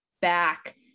back